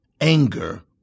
Anger